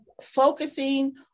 focusing